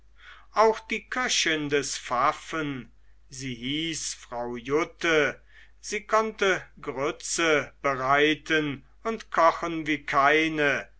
auch die köchin des pfaffen sie hieß frau jutte sie konnte grütze bereiten und kochen wie keine